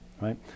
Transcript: right